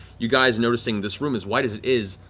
you guys noticing, this room, as wide as it is,